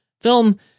film